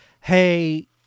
hey